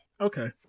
Okay